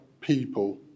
people